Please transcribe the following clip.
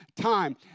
time